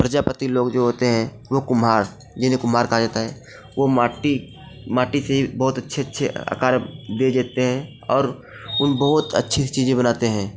प्रजापति लोग जो होते हैं वह कुम्हार जिन्हें कुम्हार कहा जाता है वह माटी माटी से ही बहुत अच्छे अच्छे आकार अब दे देते हैं और उन बहुत अच्छी सी चीज़ें बनाते हैं